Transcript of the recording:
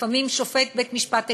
ולפעמים שופט בית-המשפט העליון.